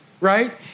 right